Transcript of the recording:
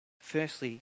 Firstly